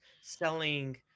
selling